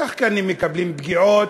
שחקנים מקבלים פגיעות.